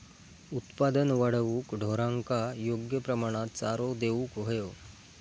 उत्पादन वाढवूक ढोरांका योग्य प्रमाणात चारो देऊक व्हयो